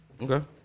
Okay